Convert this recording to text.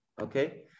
Okay